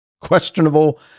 questionable